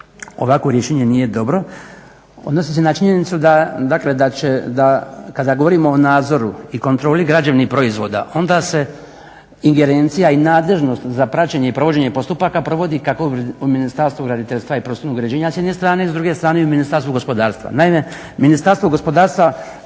ovakvo rješenje nije dobro odnosi se na činjenicu da kada govorimo o nadzoru i kontroli građevnih proizvoda onda se ingerencija i nadležnost za praćenje i provođenje postupaka provodi kako u Ministarstvu graditeljstva i prostornog uređenja s jedne strane, s druge strane u Ministarstvu gospodarstva. Naime, Ministarstvo gospodarstva